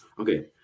Okay